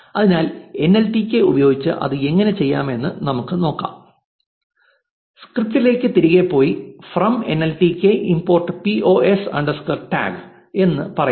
അതിനാൽ എൻഎൽടികെ ഉപയോഗിച്ച് അത് എങ്ങനെ ചെയ്യാമെന്ന് നമുക്ക് നോക്കാം സ്ക്രിപ്റ്റിലേക്ക് തിരികെ പോയി 'from NLTK import pos underscore tag' എന്ന് പറയുക